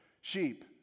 sheep